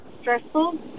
Stressful